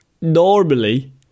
normally